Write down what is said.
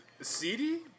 CD